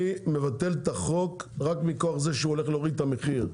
אני מבטל את החוק רק מכוח הורדת המחיר,